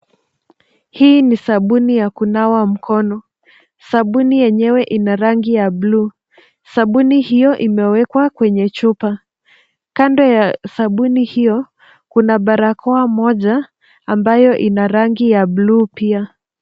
Hii ni sabuni ya kunawa mkono. Sabuni yenyewe ina rangi ya buluu. Sabuni hiyo imewekwa kwenye chupa. Kando ya sabuni hiyo kuna barakoa moja ambayo ina rangi ya buluu pia.